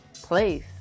place